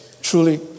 Truly